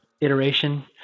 iteration